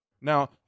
Now